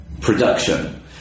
production